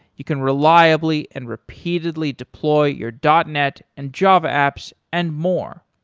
you can reliably and repeatedly deploy your dotnet and java apps and more.